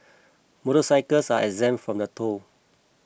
motorcycles are exempt from the toll